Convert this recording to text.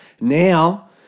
Now